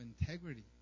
integrity